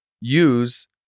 use